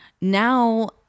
now